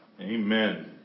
Amen